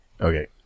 Okay